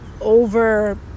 over